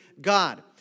God